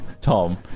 tom